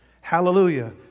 Hallelujah